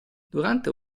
durante